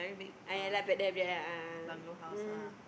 ah I laugh at them ya a'ah a'ah